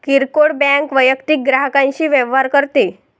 किरकोळ बँक वैयक्तिक ग्राहकांशी व्यवहार करते